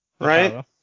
right